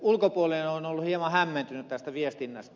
ulkopuolinen on ollut hieman hämmentynyt tästä viestinnästä